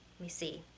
me see.